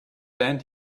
land